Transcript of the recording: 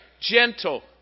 gentle